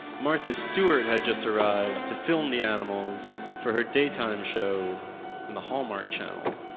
martha stewart had just arrived to film the animals for her daytime show on the hallmark channel